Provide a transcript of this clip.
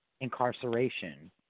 incarceration